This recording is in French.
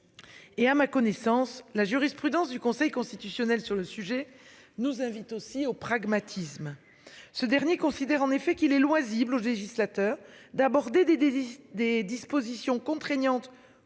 Et à ma connaissance la jurisprudence du Conseil constitutionnel sur le sujet nous invite aussi au pragmatisme. Ce dernier considère en effet qu'il est loisible au législateur d'aborder des des lits des dispositions contraignantes